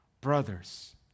brothers